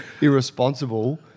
Irresponsible